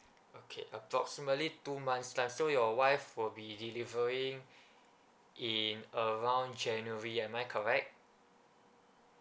okay approximately two months time so your wife will be delivering in around january am I correct